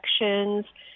elections